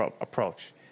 approach